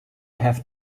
have